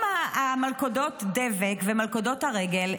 מלכודות הדבק ומלכודות הרגל,